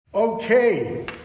Okay